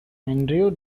andrew